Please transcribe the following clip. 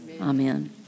Amen